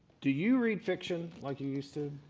do you read fiction like you used to?